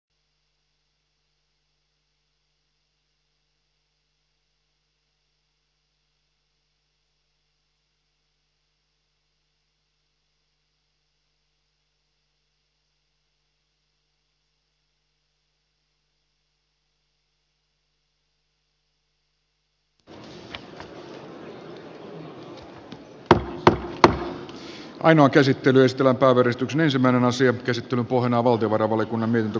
ainoa käsittelystä vapaudenristin ensimmäinen asia käsittelyn pohjana on valtiovarainvaliokunnan mietintö